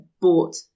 bought